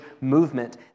movement